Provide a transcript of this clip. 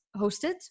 hosted